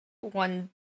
One